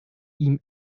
ihm